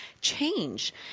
change